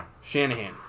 Shanahan